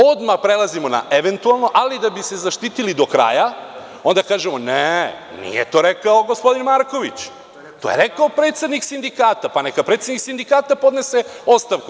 Odmah prelazimo na eventualno, ali da bi se zaštitili do kraja onda kažemo - ne, nije to rekao gospodin Marković, to je rekao predsednik sindikata, pa neka predsednik sindikata podnese ostavku.